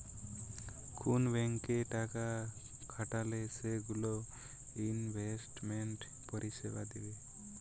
কুন ব্যাংকে টাকা খাটালে সেগুলো ইনভেস্টমেন্ট পরিষেবা দিবে